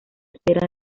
espera